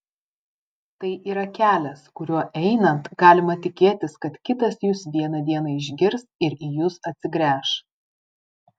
tai yra kelias kuriuo einant galima tikėtis kad kitas jus vieną dieną išgirs ir į jus atsigręš